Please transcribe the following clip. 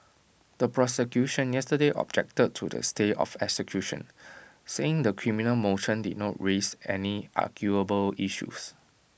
the prosecution yesterday objected to the stay of execution saying the criminal motion did not raise any arguable issues